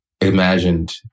imagined